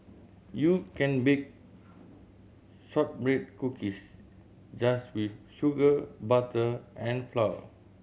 you can bake shortbread cookies just with sugar butter and flour